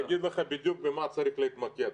אני אגיד לך בדיוק במה צריך להתמקד.